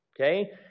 okay